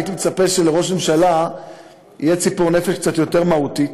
הייתי מצפה שלראש הממשלה תהיה ציפור נפש קצת יותר מהותית,